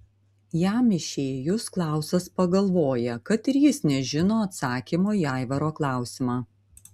jam išėjus klausas pagalvoja kad ir jis nežino atsakymo į aivaro klausimą